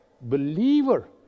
believer